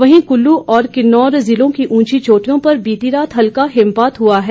वहीं कुल्लू और किन्नौर जिलों की उंची चोटियों पर बीती रात हल्का हिमपात हुआ है